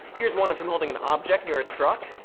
here's one of him holding an object near a truck.